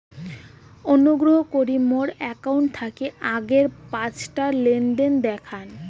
অনুগ্রহ করি মোর অ্যাকাউন্ট থাকি আগের পাঁচটা লেনদেন দেখান